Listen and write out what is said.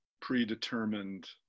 predetermined